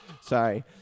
Sorry